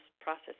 process